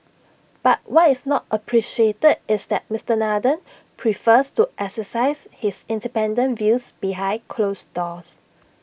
but what is not appreciated is that Mister Nathan prefers to exercise his independent views behind closed doors